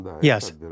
Yes